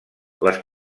les